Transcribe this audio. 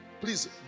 please